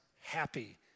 happy